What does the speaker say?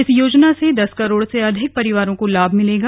इस योजना से दस करोड़ से अधिक परिवारों को लाभ मिलेगा